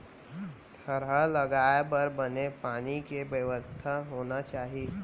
थरहा लगाए बर बने पानी के बेवस्था होनी चाही